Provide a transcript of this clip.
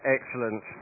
Excellent